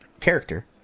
character